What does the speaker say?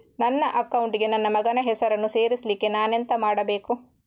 ನನ್ನ ಅಕೌಂಟ್ ಗೆ ನನ್ನ ಮಗನ ಹೆಸರನ್ನು ಸೇರಿಸ್ಲಿಕ್ಕೆ ನಾನೆಂತ ಮಾಡಬೇಕು?